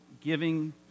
giving